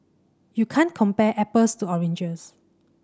you can't compare apples to oranges